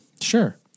Sure